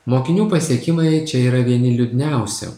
mokinių pasiekimai čia yra vieni liūdniausių